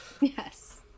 Yes